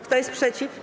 Kto jest przeciw?